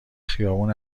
خیابون